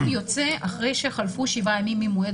אם הוא יוצא אחרי שחלפו שבעה ימים ממועד